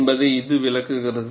என்பதை இது விளக்குகிறது